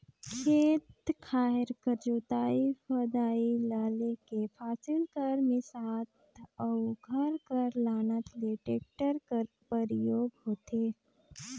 खेत खाएर कर जोतई फदई ल लेके फसिल कर मिसात अउ घर कर लानत ले टेक्टर कर परियोग होथे